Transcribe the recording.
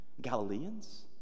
Galileans